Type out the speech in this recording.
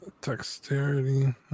Dexterity